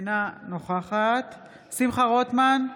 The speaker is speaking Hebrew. אינה נוכחת שמחה רוטמן,